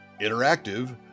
interactive